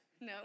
No